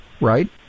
right